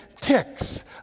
Ticks